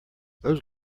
those